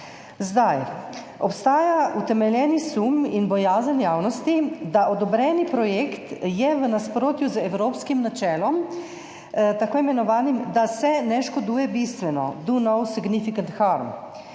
Obstaja utemeljeni sum in bojazen javnosti, da je odobreni projekt v nasprotju z evropskim načelom, tako imenovanim »da se ne škoduje bistveno« oziroma »Do No Significant Harm«.